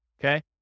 Okay